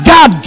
God